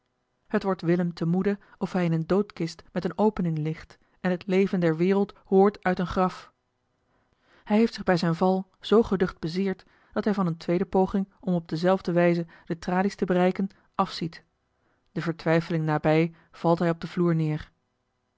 het wordt willem te moede of hij in eene doodkist met eene opening ligt en het leven der wereld hoort uit een graf hij heeft zich bij zijn val zoo geducht bezeerd dat hij van eene tweede poging om op dezelfde wijze de tralies te bereiken afziet de vertwijfeling nabij valt hij op den vloer neer